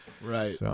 Right